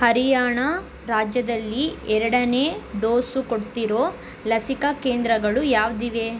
ಹರಿಯಾಣ ರಾಜ್ಯದಲ್ಲಿ ಎರಡನೇ ಡೋಸು ಕೊಡ್ತಿರೋ ಲಸಿಕಾ ಕೇಂದ್ರಗಳು ಯಾವುದಿವೆ